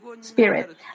Spirit